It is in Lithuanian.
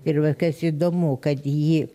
ir va kas įdomu kad ji